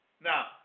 Now